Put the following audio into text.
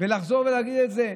ולחזור ולהגיד את זה?